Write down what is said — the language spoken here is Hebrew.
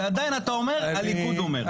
ועדיין אתה אומר: הליכוד אומר.